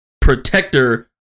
Protector